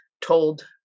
told